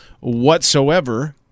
whatsoever